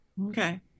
Okay